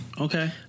Okay